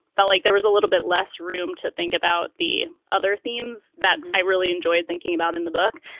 felt like there was a little bit less room to think about the other themes that i really enjoyed thinking about in the book.